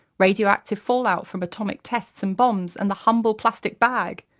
radioactive fallout from atomic tests and bombs and the humble plastic bag,